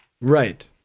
Right